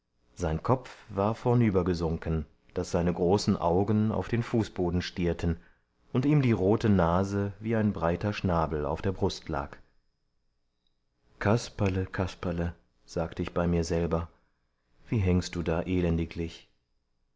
sein kopf war vornübergesunken daß seine großen augen auf den fußboden stierten und ihm die rote nase wie ein breiter schnabel auf der brust lag kasperle kasperle sagte ich bei mir selber wie hängst du da elendiglich